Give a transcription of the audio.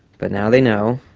but now they know.